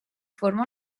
forma